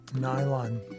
nylon